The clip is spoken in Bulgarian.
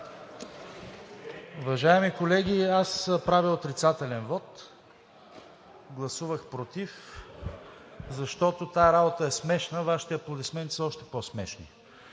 Уважаеми колеги! Правя отрицателен вот – гласувах против, защото тази работа е смешна, а Вашите аплодисменти са още по-смешни.